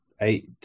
eight